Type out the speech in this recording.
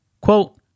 Quote